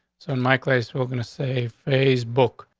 so in my place, we're gonna say facebook.